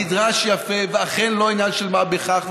מדרש יפה, וזה אכן לא עניין של מה בכך.